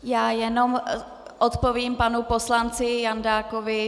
Já jen odpovím panu poslanci Jandákovi.